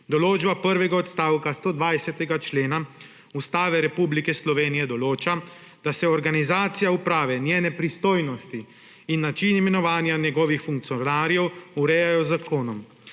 Določba prvega odstavka 120. člena Ustave Republike Slovenije določa, da se organizacija uprave, njene pristojnosti in način imenovanja njegovih funkcionarjev urejajo z zakonom.